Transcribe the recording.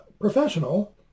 professional